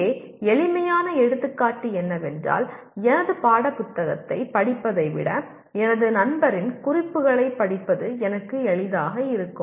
இங்கே எளிமையான எடுத்துக்காட்டு என்னவென்றால் எனது பாடப்புத்தகத்தைப் படிப்பதை விட எனது நண்பரின் குறிப்புகளைப் படிப்பது எனக்கு எளிதாக இருக்கும்